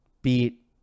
Beat